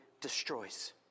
destroys